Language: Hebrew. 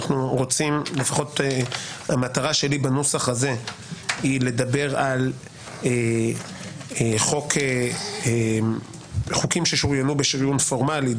לפחות המטרה שלי בנוסח הזה היא לדבר על חוקים ששוריינו בשריון פורמלי,